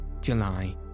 July